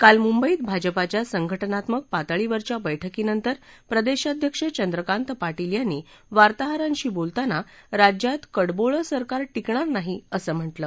काल मुंबईत भाजपाच्या संघटनात्मक पातळीवरच्या बैठकीनंतर प्रदेशाध्यक्ष चंद्रकांत पाटील यांनी वार्ताहरांशी बोलताना राज्यात कडबोळं सरकार टिकणार नाही असं म्हटलं